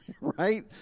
right